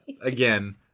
Again